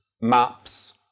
maps